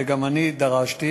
וגם אני דרשתי,